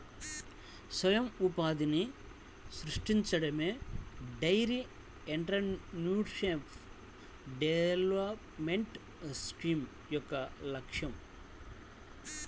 స్వయం ఉపాధిని సృష్టించడమే డెయిరీ ఎంటర్ప్రెన్యూర్షిప్ డెవలప్మెంట్ స్కీమ్ యొక్క లక్ష్యం